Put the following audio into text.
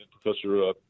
Professor